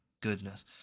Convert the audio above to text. goodness